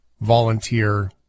volunteer